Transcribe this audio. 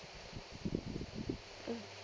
mm